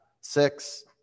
six